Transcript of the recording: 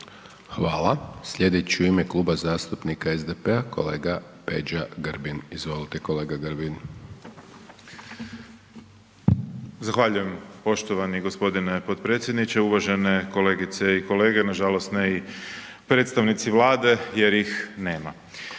Hvala. Sljedeći u ime Kluba zastupnika SDP-a kolega Peđa Grbin. Izvolite kolega Grbin. **Grbin, Peđa (SDP)** Zahvaljujem poštovani g. potpredsjedniče, uvažene kolegice i kolege, nažalost ne i predstavnici Vlade jer ih nema.